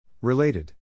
Related